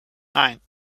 nine